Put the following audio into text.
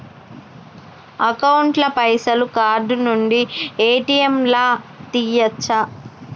Account ల పైసల్ card నుండి ఏ.టి.ఎమ్ లా తియ్యచ్చా?